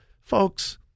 Folks